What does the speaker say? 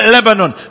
Lebanon